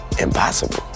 impossible